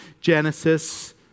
Genesis